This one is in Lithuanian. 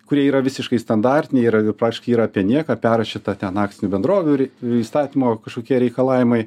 kurie yra visiškai standartiniai yra praktiškai yra apie nieką perrašyta ten akcinių bendrovių ir įstatymo kažkokie reikalavimai